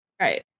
Right